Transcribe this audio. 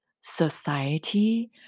society